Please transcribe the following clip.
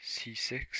c6